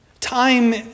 Time